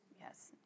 Yes